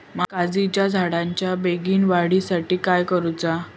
काजीच्या झाडाच्या बेगीन वाढी साठी काय करूचा?